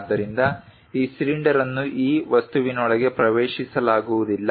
ಆದ್ದರಿಂದ ಈ ಸಿಲಿಂಡರ್ ಅನ್ನು ಆ ವಸ್ತುವಿನೊಳಗೆ ಪ್ರವೇಶಿಸಲಾಗುವುದಿಲ್ಲ